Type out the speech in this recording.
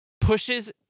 pushes